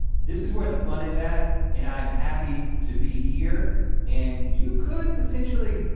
this is where the fun is at and i am happy to be here and you could potentially,